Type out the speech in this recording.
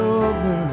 over